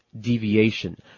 deviation